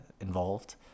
involved